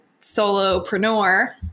solopreneur